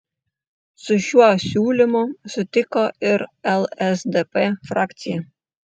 su šiuo siūlymu sutiko ir lsdp frakcija